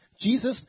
Jesus